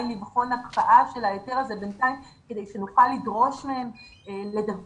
לבחון הקפאה של ההיתר הזה בינתיים כדי שנוכל לדרוש לדווח